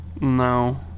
No